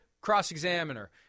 cross-examiner